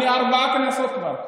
אני ארבע כנסות כבר.